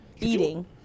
eating